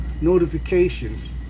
notifications